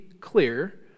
clear